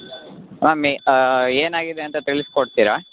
ಹಾನ್ ಮೆ ಏನಾಗಿದೆ ಅಂತ ತಿಳಸ್ಕೊಡ್ತೀರ